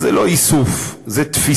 אז זה לא איסוף, זו תפיסה.